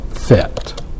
fit